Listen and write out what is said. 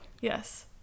Yes